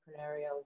entrepreneurial